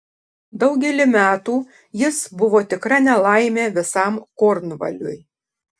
daugelį metų jis buvo tikra nelaimė visam kornvaliui